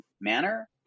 manner